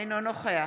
אינו נוכח